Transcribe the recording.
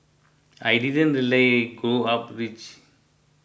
I didn't really grow up rich